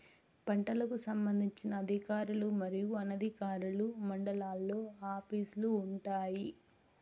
పంటలకు సంబంధించిన అధికారులు మరియు అనధికారులు మండలాల్లో ఆఫీస్ లు వుంటాయి?